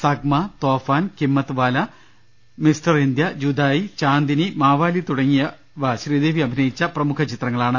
Sangma Toofan Himmatwala mister India Judaai Chandni Mawaali തുടങ്ങിയവ ശ്രീദേവി അഭിനയിച്ച പ്രമുഖ ചിത്രങ്ങളാണ്